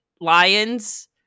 lions